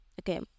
okay